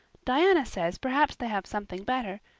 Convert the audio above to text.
diana says perhaps they have something better,